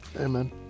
Amen